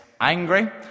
angry